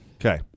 Okay